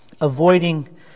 avoiding